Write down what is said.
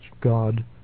God